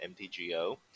MTGO